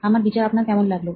আমার বিচার আপনার কেমন লাগলো